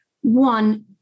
One